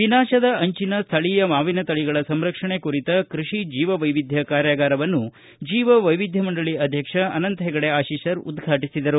ವಿನಾಶದ ಅಂಚಿನ ಸ್ಥಳೀಯ ಮಾವಿನ ತಳಿಗಳ ಸಂರಕ್ಷಣೆ ಕುರಿತ ಕೃಷಿ ಜೀವವೈವಿಧ್ಯ ಕಾರ್ಯಾಗಾರವನ್ನು ಜೀವವೈವಿಧ್ಯ ಮಂಡಳಿ ಅಧ್ಯಕ್ಷ ಅನಂತ ಹೆಗಡೆ ಅಶೀಸರ ಉದ್ವಾಟಿಸಿದರು